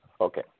Okay